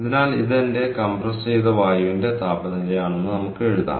അതിനാൽ ഇത് എന്റെ കംപ്രസ് ചെയ്ത വായുവിന്റെ താപനിലയാണെന്ന് നമുക്ക് എഴുതാം